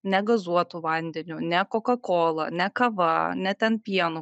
ne gazuotu vandeniu ne kokakola ne kava ne ten pienu